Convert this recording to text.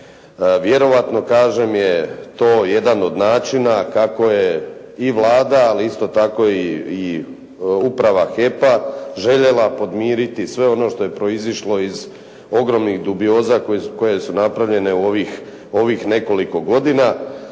Vjerojatno kažem to jedan od načina kako je i Vlada, a isto tako je uprava HEP-a željela podmiriti sve ono što je proizišlo iz ogromnih dubioza koje su napravljene u ovih nekoliko godina.